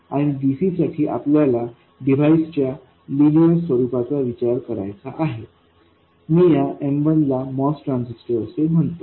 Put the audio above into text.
आणि dc साठी आपल्याला या डिव्हाइसच्या लिनियरlinear रेखीय स्वरुपाचा विचार करायचा आहे मी या M1ला MOS ट्रान्झिस्टर असे म्हणतो